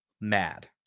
mad